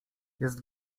jest